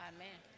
Amen